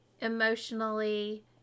emotionally